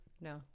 no